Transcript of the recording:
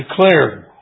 declared